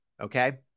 Okay